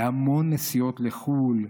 להמון נסיעות לחו"ל,